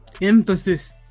Emphasis